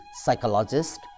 psychologist